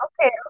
Okay